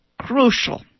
crucial